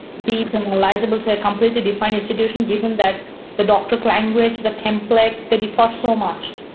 be reliable to a completely defined institution, given that the doctors language, the template, the departs so much.